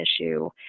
issue